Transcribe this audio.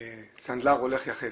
הסנדלר הולך יחף.